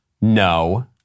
No